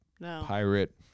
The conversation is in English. pirate